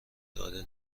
داده